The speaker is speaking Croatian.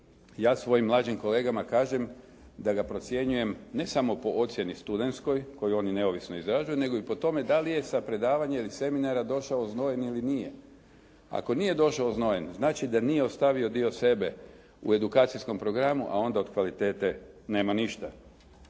Ja svojim mlađim kolegama kažem da ga procjenjujem, ne samo po ocjeni studentskoj koji oni neovisno izrađuju, nego i po tome da li je sa predavanja ili seminara došao znojan ili nije. Ako nije došao znojan, znači da nije ostavio dio sebe u edukacijskom programu, a onda od kvalitete nema ništa.